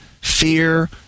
Fear